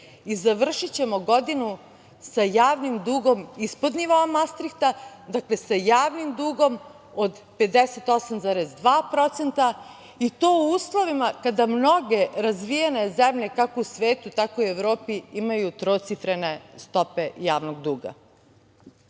i završićemo godinu sa javnim dugom ispod nivoa mastrikta, dakle sa javnim dugom od 58,2%, i to u uslovima kada mnoge razvijene zemlje kako u svetu, tako i u Evropi imaju trocifrene stope javnog duga. Ono